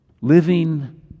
living